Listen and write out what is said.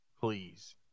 Please